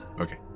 Okay